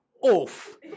off